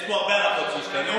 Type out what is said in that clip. יש פה הרבה הלכות שהשתנו,